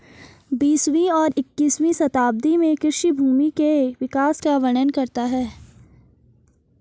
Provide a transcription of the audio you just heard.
बीसवीं और इक्कीसवीं शताब्दी में कृषि भूमि के विकास का वर्णन करता है